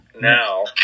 now